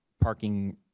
parking